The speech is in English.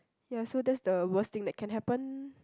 ya so that's the worse thing that can happen